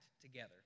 together